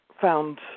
found